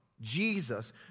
Jesus